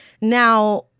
Now